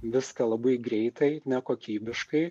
viską labai greitai nekokybiškai